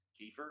Kiefer